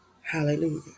Hallelujah